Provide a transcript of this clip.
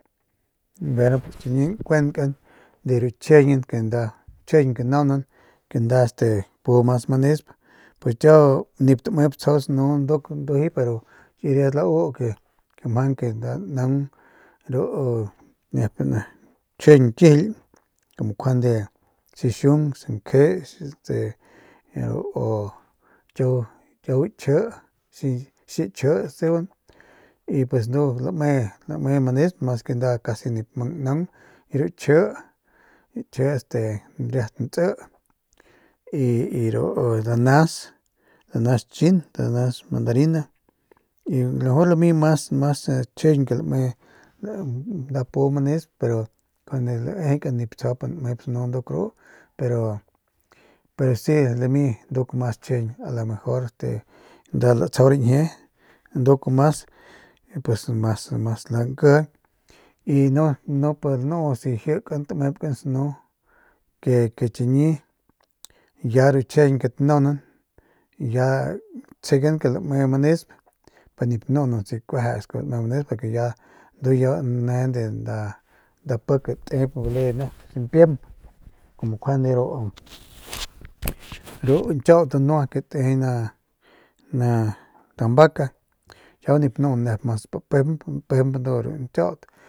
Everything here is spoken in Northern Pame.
Ver chiñi nkuenk de ru chijiñ kuenta que nanaunan nda de ru que pu manesp pues kiau nip tamep snunduk ndujuy pero kiy riat la u ke mjang ke nda lanaung ru nep n aa chjijiñ kumu njuande xixiung sankje este ru kiau kji xiji seban y pues ndu lame manesp mas que nda casi nip mang nnaung y ru kji kji este riat ntsi y y ru ru danas danas chin danas mandarina y la mejor lami mas chjijiñ que lame nda pu manesp pero njuande laejekan nip tsjaup tamep snu nduk ru pero pe si lami nduk mas chjijiñ a lo mejor este nda latsjau rañjie nduk mas pues mas mas lankiji y no nup lanu si jikan tamebkan snu ke ke chiñi ya ru chijiñ que tanaunan ya tsjegan que lame manesp pero nip tanuunan si kuejep lame manesp ke ya ndu ya ne ya ne de nda pik tep nep bale nep ximpiemp kumu njuande ru nchiaut danua que te de kuna una tambaca kiau nip nuunan nep mas pemp pemp ru nchiaut.